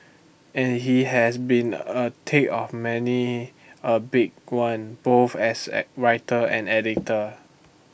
and he has been A thick of many A big one both as A writer and editor